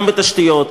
גם בתשתיות,